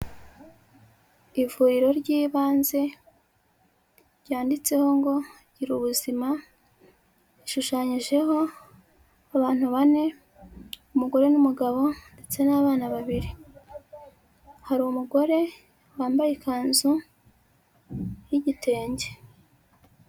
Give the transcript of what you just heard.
Ivuriro ry'ibanze ryanditseho ngo gira ubuzima ishushanyijeho abantu bane umugore n'umugabo ndetse n'abana babiri hari umugore wambaye ikanzu yigitenge.